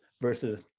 versus